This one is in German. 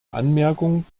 anmerkung